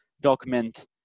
document